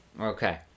Okay